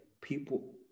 people